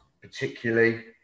particularly